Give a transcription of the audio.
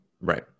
Right